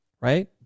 Right